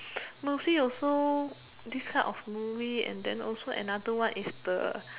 movie also this type of movie and then also another one is the